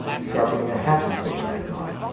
sharpening a hatchet for me, i thought.